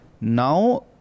Now